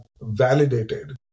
validated